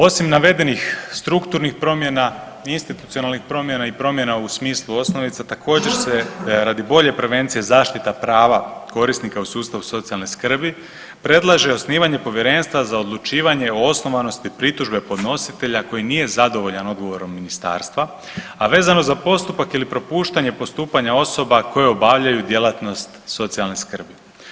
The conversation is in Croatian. Osim navedenih strukturnih promjena i institucionalnih promjena i promjena u smislu osnovica također se radi bolje prevencije zaštita prava korisnika u sustavu socijalne skrbi predlaže osnivanje Povjerenstva za odlučivanje o osnovanosti pritužbe podnositelja koji nije zadovoljan odgovorom ministarstva, a vezano za postupak ili propuštanje postupanja osoba koje obavljaju djelatnost socijalne skrbi.